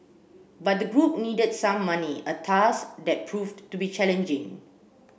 but the group needed seed money a task that proved to be challenging